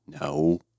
No